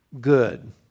good